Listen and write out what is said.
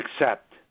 accept